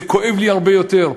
זה כואב לי הרבה יותר.